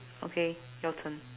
okay your turn